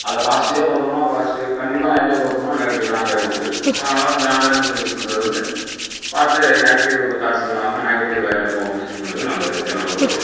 அதை பாசிட்டிவ்வாக பார்த்தம்னா பாசிட்டிவ் கண்டிப்பாக நெகட்டிவாக பார்த்தம்னா நெகட்டிவ்தான் ஆண்ட்ராய்டு மொபைல் ஸோ அதனால இந்த ஆண்ட்ராய்டு மொபைல் யூஸ் பண்ணுறது வந்து பார்த்து நெகட்டிவ் தாட்ஸ் இல்லாமல் நெகட்டிவ் லைனில் போகாமா யூஸ் பண்ணுறது நல்லது என்னை பொருத்தளவு